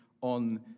on